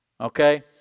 Okay